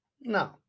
No